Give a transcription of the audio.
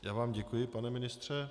Já vám děkuji, pane ministře.